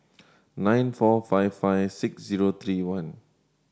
nine four five five six zero three one